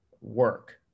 work